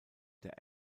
der